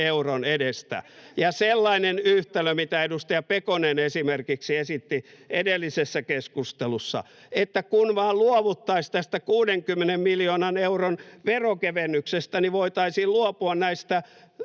kun esimerkiksi edustaja Pekonen esitti edellisessä keskustelussa, että kun vain luovuttaisiin tästä 60 miljoonan euron veronkevennyksestä, niin voitaisiin luopua näistä